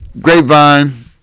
Grapevine